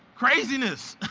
craziness!